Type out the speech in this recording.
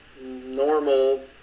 normal